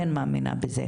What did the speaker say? כן מאמינה בזה